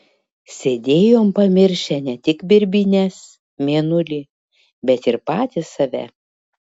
sėdėjom pamiršę ne tik birbynes mėnulį bet ir patys save